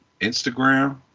Instagram